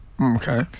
Okay